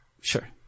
Sure